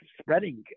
spreading